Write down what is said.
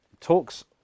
talks